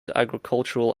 agricultural